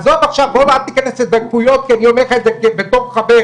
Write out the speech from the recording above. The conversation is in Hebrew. אל תיכנס לדקויות כי אני אומר לך את זה בתור חבר,